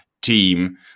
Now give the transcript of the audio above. team